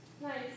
Nice